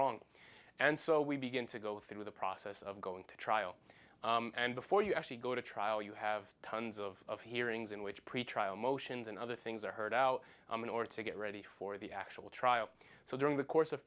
wrong and so we begin to go through the process of going to trial and before you actually go to trial you have tons of hearings in which pretrial motions and other things are heard out in order to get ready for the actual trial so during the course of